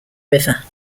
river